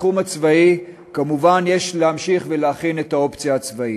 בתחום הצבאי כמובן יש להמשיך ולהכין את האופציה הצבאית.